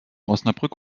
osnabrück